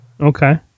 Okay